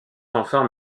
fanfare